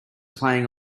playing